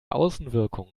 außenwirkung